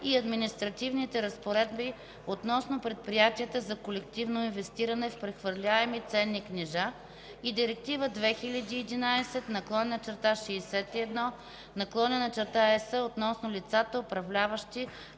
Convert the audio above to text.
и административните разпоредби относно предприятията за колективно инвестиране в прехвърлими ценни книжа и Директива 2011/61/ЕС относно лицата, управляващи